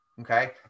okay